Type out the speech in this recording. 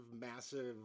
massive